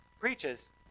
preaches